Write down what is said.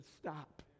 stop